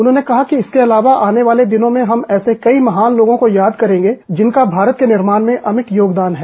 उन्होंने कहा कि इनके अलावा आने वाले दिनों में हम ऐसे कई महान् लोगों को याद करेंगे जिनका भारत के निर्माण में अमिट योगदान है